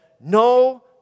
no